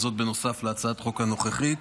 וזאת בנוסף להצעת החוק הנוכחית.